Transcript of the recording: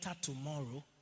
tomorrow